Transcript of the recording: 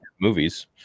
movies